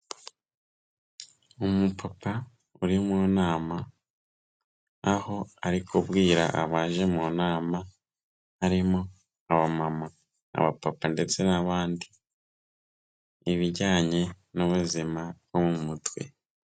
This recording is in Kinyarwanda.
Umupapa uri mu nama, aho ari kubwirara abaje mu nama, harimo abamama, abapapa ndetse n'abandi, ibijyanye n'ubuzima bwo mu mutwe.